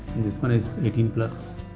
this one is eighteen plus.